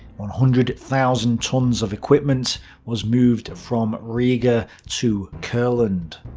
one hundred thousand tons of equipment was moved from riga to kurland.